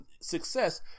success